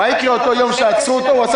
מה יקרה אם באותו יום שעצרו אותו הוא עשה